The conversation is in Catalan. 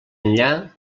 enllà